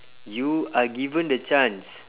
you are given the chance